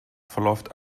verläuft